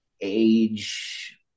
age